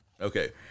Okay